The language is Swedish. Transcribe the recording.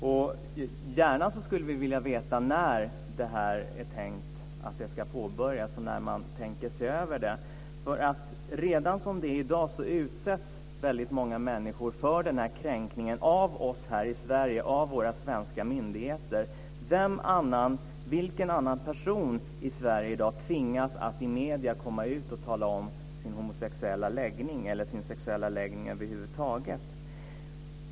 Och vi skulle gärna vilja veta när det är tänkt att detta ska påbörjas och när man tänker se över det. Redan i dag utsätts nämligen väldigt många människor för denna kränkning av oss här i Sverige, av våra svenska myndigheter. Vilken annan person i Sverige tvingas i dag att medierna komma ut och tala om sin homosexuella läggning eller sin sexuella läggning över huvud taget?